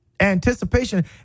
Anticipation